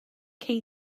cei